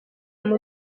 kuri